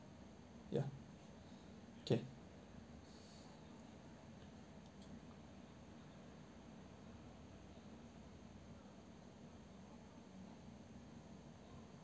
ya okay